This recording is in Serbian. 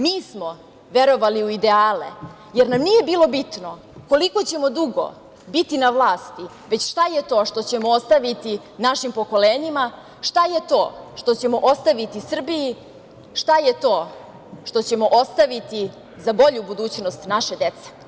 Mi smo verovali u ideale, jer nam nije bilo bitno koliko ćemo dugo biti na vlasti, već šta je to što ćemo ostaviti našim pokolenjima, šta je to što ćemo ostaviti Srbiji, šta je to ćemo ostaviti za bolju budućnost naše dece.